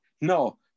No